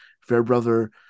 Fairbrother